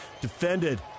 Defended